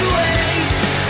waste